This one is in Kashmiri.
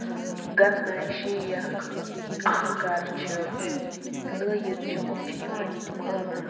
گَنٕے شیخ اَہنگر چھِ نٲیِد چھِ أمۍ چھِ یِوان ییٚتہِ ماننہٕ